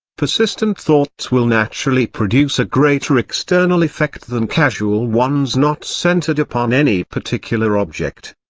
persistent thoughts will naturally produce a greater external effect than casual ones not centred upon any particular object.